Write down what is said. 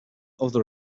other